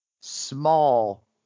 small